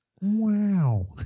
wow